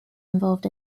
involved